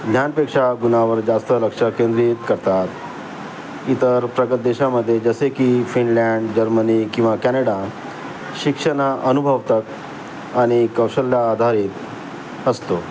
ज्ञानापेक्षा गुणावर जास्त लक्ष केंद्रित करतात इतर प्रगत देशामध्ये जसे की फिनलँड जर्मनी किंवा कॅनडा शिक्षण अनुभवतात आणि कौशल्य आधारित असतो